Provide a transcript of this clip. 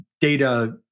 data